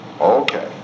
Okay